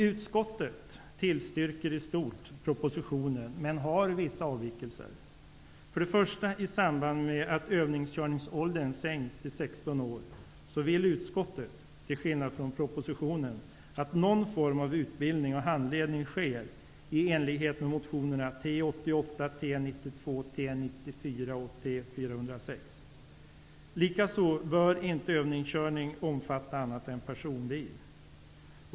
Utskottet tillstyrker i stort propositionens förslag, men man har vissa avvikelser. För det första: I samband med att övningskörningsåldern sänks till 16 år vill utskottet, till skillnad från vad som anförs i propositionen, att någon form av utbildning och handledning sker i enlighet med motionerna T88, T92, T94 och T406. Likaså bör inte övningskörning omfatta annat än personbil.